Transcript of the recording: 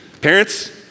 Parents